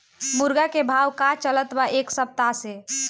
मुर्गा के भाव का चलत बा एक सप्ताह से?